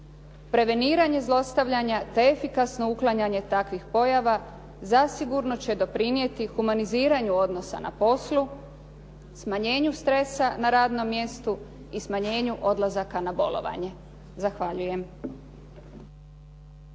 preveniranje zlostavljanja, te efikasno uklanjanje takvih pojava zasigurno će doprinijeti humaniziranju odnosa na poslu, smanjenju stresa na radnom mjestu i smanjenju odlazaka na bolovanje. Zahvaljujem.